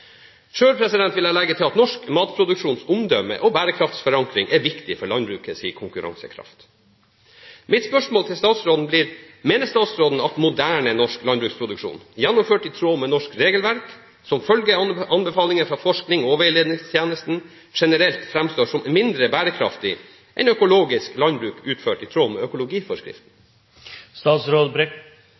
vil jeg legge til at norsk matproduksjons omdømme og bærekraftsforankring er viktig for landbrukets konkurransekraft. Mitt spørsmål til statsråden blir: Mener statsråden at moderne norsk landbruksproduksjon, gjennomført i tråd med norsk regelverk, som følger anbefalinger fra forskning og veiledningstjeneste, generelt framstår som mindre bærekraftig enn økologisk landbruk utført i tråd med